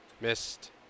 Missed